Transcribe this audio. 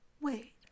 wait